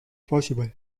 possible